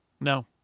No